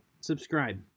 subscribe